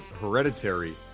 Hereditary